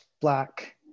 black